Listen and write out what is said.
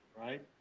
right